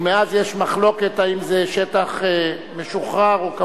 ומאז יש מחלוקת אם זה שטח משוחרר או כבוש.